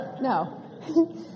No